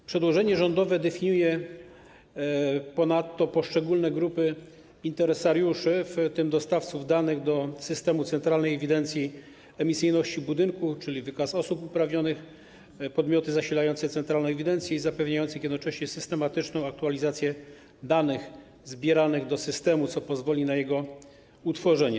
W przedłożeniu rządowym definiuje się ponadto poszczególne grupy interesariuszy, w tym dostawców danych do systemu Centralnej Ewidencji Emisyjności Budynków, czyli wykaz osób uprawnionych, podmioty zasilające centralnej ewidencji, zapewniając jednocześnie systematyczną aktualizację danych zbieranych do systemu, co pozwoli na jego utworzenie.